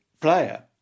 player